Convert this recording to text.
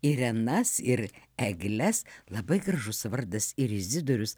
irenas ir egles labai gražus vardas ir izidorius